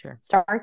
start